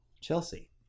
Chelsea